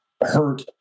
hurt